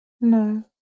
No